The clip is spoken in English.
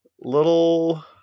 little